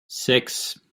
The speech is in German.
sechs